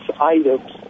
items